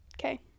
Okay